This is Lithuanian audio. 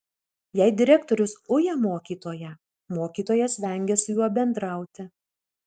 jei direktorius uja mokytoją mokytojas vengia su juo bendrauti